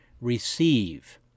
receive